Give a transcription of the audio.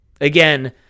Again